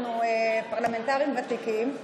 אנחנו פרלמנטרים ותיקים,